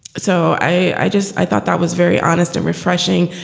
so i just i thought that was very honest and refreshing.